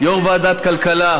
יושב-ראש ועדת כלכלה,